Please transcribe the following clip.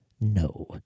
no